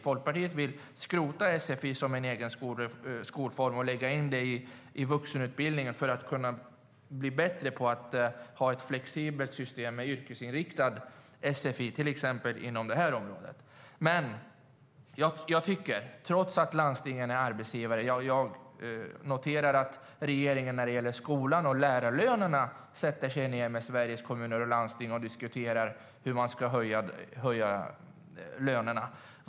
Folkpartiet vill skrota sfi som egen skolform och lägga in den i vuxenutbildningen för att på ett bättre sätt få ett flexibelt system med yrkesinriktad sfi, till exempel inom det här området. Jag noterar att regeringen när det gäller skolan och lärarlönerna sätter sig med Sveriges Kommuner och Landsting och diskuterar hur man ska höja lönerna.